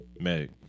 Meg